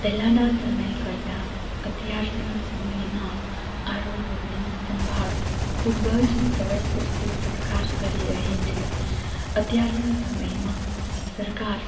પહેલાના સમય કરતાં અત્યારના સમયમાં આરોગ્યની સંભાળ ખૂબ જ સરસ રીતે સરકાર કરી રહી છે અત્યારના સમયમાં સરકાર